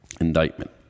Indictment